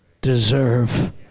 deserve